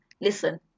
listen